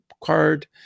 card